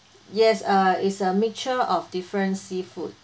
yes uh is a mixture of different seafood